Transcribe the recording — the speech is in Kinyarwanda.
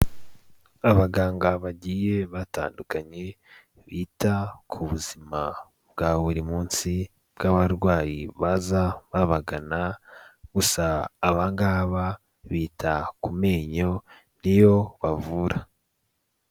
Abaganga bagiye batandukanye bita ku buzima bwa buri munsi bw'abarwayi baza babagana gusa abangaba bita ku menyo niyo bavura.